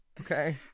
okay